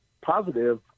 positive